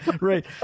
right